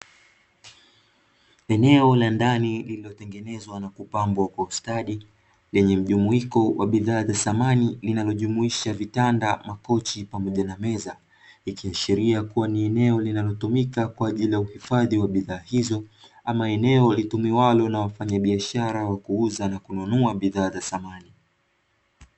Eneo la ndani lililotengenezwa na kupambwa kwa ustadi, lenye mjumuiko wa bidhaa za samani linalojumuisha vitanda, makochi pamoja na meza. Linaloashiria kuwa ni eneo linalotumika kwa ajili ya kuhifadhi bidhaa hizo ama eneo litumiwalo na wafanyabiashara wa kuuza na kununua bidhaa za samani.